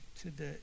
today